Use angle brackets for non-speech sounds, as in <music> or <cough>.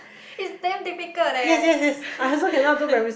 <breath> it's damn difficult eh <laughs>